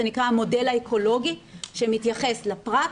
זה נקרא המודל האקולוגי שמתייחס לפרט,